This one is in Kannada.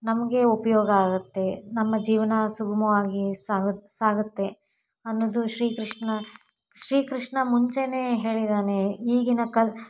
ನಮಗೆ ಉಪಯೋಗ ಆಗುತ್ತೆ ನಮ್ಮ ಜೀವನ ಸುಗಮವಾಗಿ ಸಾಗು ಸಾಗುತ್ತೆ ಅನ್ನೋದು ಶ್ರೀಕೃಷ್ಣ ಶ್ರೀಕೃಷ್ಣ ಮುಂಚೆನೇ ಹೇಳಿದ್ದಾನೆ ಈಗಿನ ಕ